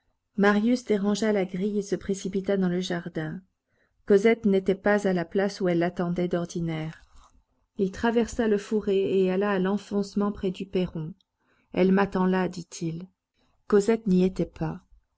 marius dérangea la grille et se précipita dans le jardin cosette n'était pas à la place où elle l'attendait d'ordinaire il traversa le fourré et alla à l'enfoncement près du perron elle m'attend là dit-il cosette n'y était pas